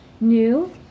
new